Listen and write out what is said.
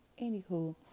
Anywho